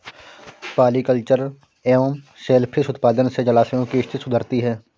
polyculture एवं सेल fish उत्पादन से जलाशयों की स्थिति सुधरती है